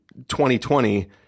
2020